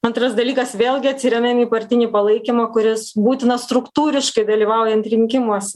antras dalykas vėlgi atsiremiam į partinį palaikymą kuris būtinas struktūriškai dalyvaujant rinkimuos